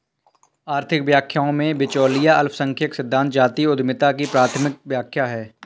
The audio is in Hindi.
आर्थिक व्याख्याओं में, बिचौलिया अल्पसंख्यक सिद्धांत जातीय उद्यमिता की प्राथमिक व्याख्या है